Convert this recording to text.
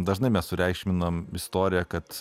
dažnai mes sureikšminam istoriją kad